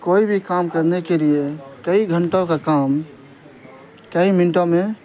کوئی بھی کام کرنے کے لیے کئی گھنٹوں کا کام کئی منٹوں میں